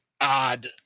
odd